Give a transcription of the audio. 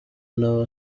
nawe